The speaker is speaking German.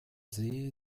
sehe